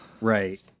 Right